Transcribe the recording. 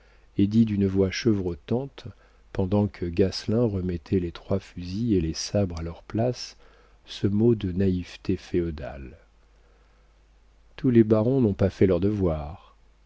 et dit d'une voix chevrotante pendant que gasselin remettait les trois fusils et les sabres à leurs places ce mot de naïveté féodale tous les barons n'ont pas fait leur devoir